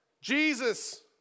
Jesus